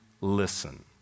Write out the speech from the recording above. listen